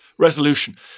resolution